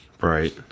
Right